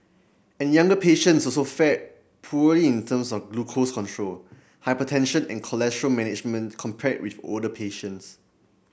and younger patients so so fared poorly in terms of glucose control hypertension in cholesterol management compared with older patients